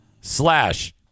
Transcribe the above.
slash